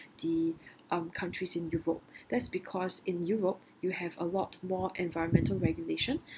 the um countries in europe that's because in europe you have a lot more environmental regulation